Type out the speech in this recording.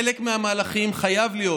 חלק מהמהלכים חייב להיות